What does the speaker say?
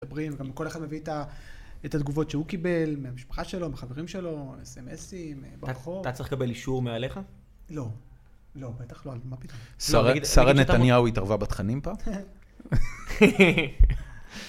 גם כל אחד מביא את התגובות שהוא קיבל מהמשפחה שלו, מחברים שלו, אס-אם-אסים, ברחוב. אתה צריך לקבל אישור מעליך? לא. לא, בטח לא. שרה נתניהו התערבה בתכנים פה?